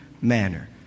manner